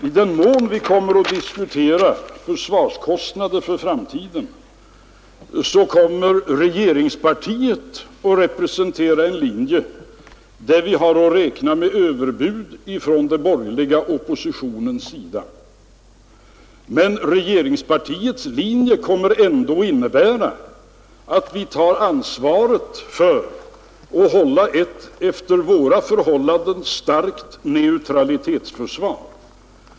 I den mån vi kommer att diskutera försvarskostnader för framtiden kommer regeringspartiet att representera en sådan linje att vi har att räkna med överbud från den borgerliga oppositionen. Men regeringspartiets linje kommer ändå att innebära att vi tar ansvaret för att hålla ett efter våra förhållanden starkt neutralitetsförsvar.